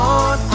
on